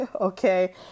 Okay